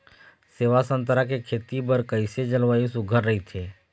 सेवा संतरा के खेती बर कइसे जलवायु सुघ्घर राईथे?